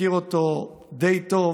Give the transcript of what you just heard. מכיר אותו די טוב,